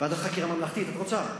ועדת חקירה ממלכתית את רוצה?